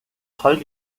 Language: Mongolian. соёл